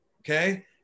Okay